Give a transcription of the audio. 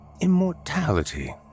immortality